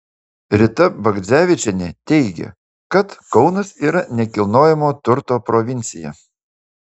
rita bagdzevičienė teigia kad kaunas yra nekilnojamojo turto provincija